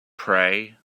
pray